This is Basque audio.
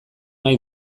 nahi